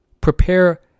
prepare